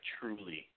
truly